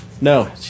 No